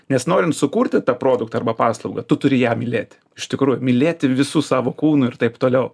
nes norint sukurti tą produktą arba paslaugą tu turi ją mylėti iš tikrųjų mylėti visu savo kūnu ir taip toliau